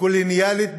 קולוניאלית במהותה.